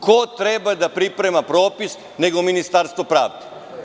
Ko treba da priprema propis, nego Ministarstvo pravde?